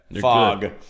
Fog